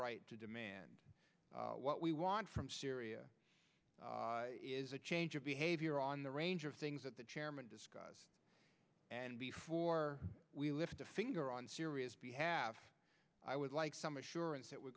right to demand what we want from syria is a change of behavior on the range of things that the chairman discuss and before we lift a finger on syria's be have i would like some assurance that we're